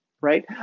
right